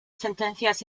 sentencias